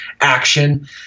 action